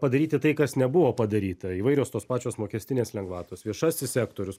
padaryti tai kas nebuvo padaryta įvairios tos pačios mokestinės lengvatos viešasis sektorius